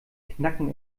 knacken